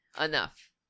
enough